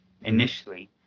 initially